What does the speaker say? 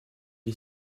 est